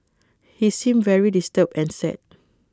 he seemed very disturbed and sad